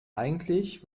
eigentlich